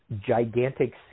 gigantic